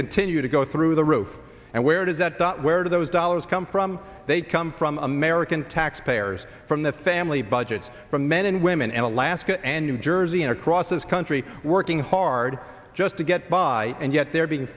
continue to go through the roof and where it is that where those dollars come from they come from american taxpayers from the family budget from men and women and alaska and new jersey and across this country working hard just to get by and yet they're being